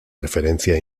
referencia